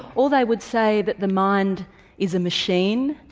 or they would say that the mind is a machine,